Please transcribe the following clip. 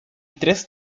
tres